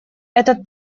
этот